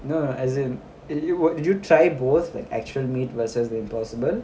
no no as in did you w~ did you try both like actual meat versus the impossible